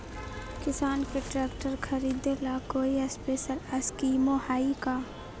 किसान के ट्रैक्टर खरीदे ला कोई स्पेशल स्कीमो हइ का?